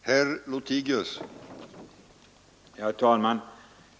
Herr talman!